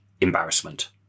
embarrassment